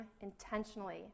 intentionally